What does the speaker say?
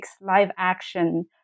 live-action